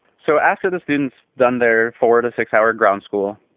so after the students done their four to six hour ground school,